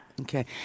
Okay